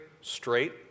straight